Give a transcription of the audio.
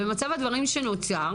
במצב הדברים שנוצר,